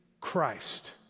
Christ